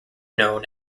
known